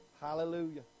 Hallelujah